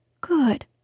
Good